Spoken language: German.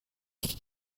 würde